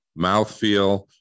mouthfeel